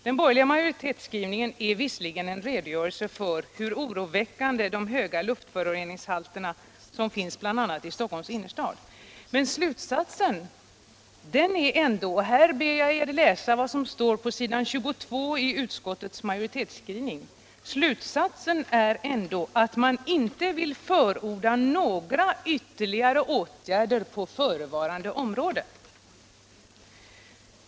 Den bor gerliga majoritetsskrivningen innehåller visserligen en redogörelse för hur oroväckande de höga luftföroreningshalter är som finns bl.a. i Stockholms innerstad, men slutsatsen är ändå — och här ber jag er läsa vad som står på s. 22 i utskottsmajoritetens skrivning — att man inte vill förorda några ytterligare åtgärder på förevarande område.